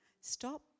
Stop